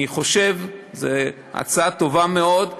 אני חושב שזו הצעה טובה מאוד,